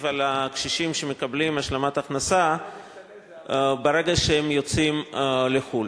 לקשישים שמקבלים השלמת הכנסה ברגע שהם יוצאים לחו"ל.